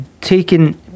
taken